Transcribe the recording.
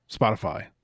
Spotify